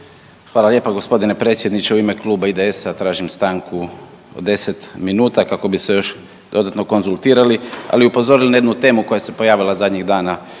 Hvala lijepa g. predsjedniče. U ime kluba IDS-a tražim stanku od 10 minuta kako bi se još dodatno konzultirali, ali i upozorili na jednu temu koja se pojavila zadnjih dana